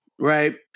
Right